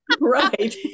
Right